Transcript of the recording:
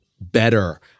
better